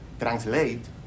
translate